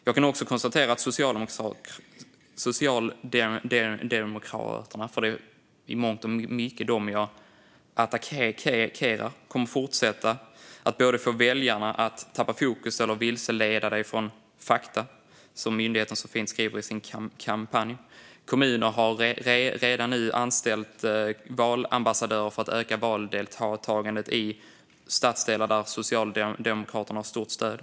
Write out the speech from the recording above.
Jag kan också konstatera att Socialdemokraterna - för det är i mångt och mycket dem jag attackerar - kommer att fortsätta att få väljarna att "tappa fokus eller vilseleda dig från fakta", som myndigheten så fint skriver i sin kampanj. Kommuner har redan nu anställt valambassadörer för att öka valdeltagandet i stadsdelar där Socialdemokraterna har stort stöd.